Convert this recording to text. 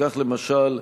כך, למשל,